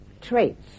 traits